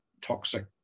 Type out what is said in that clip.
toxic